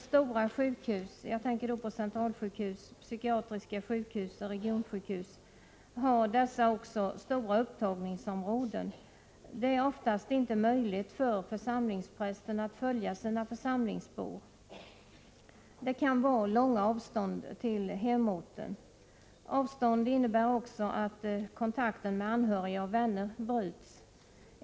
Stora sjukhus — centralsjukhus, psykiatriska sjukhus och regionsjukhus — har stora upptagningsområden. Det är oftast inte möjligt för församlingsprästen att följa sina församlingsbor. Det kan vara långa avstånd till hemorten, och det innebär att också kontakten med anhöriga och vänner bryts.